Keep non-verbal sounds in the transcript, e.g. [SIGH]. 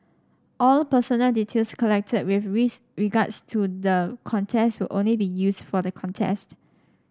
all personal details collected with [UNINTELLIGIBLE] regards to the contest will only be used for the contest